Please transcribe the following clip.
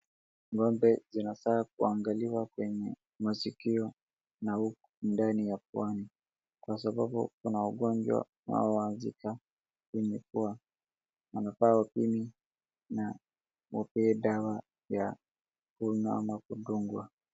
Ng'ombe zinafaa kuangaliwa kwenye masikio na ndani ya puani kwa sababu kuna wagonjwa ambao huanzika kwenye pua wanafaa wapime na wapee dawa ya kunywa ama kudungwa.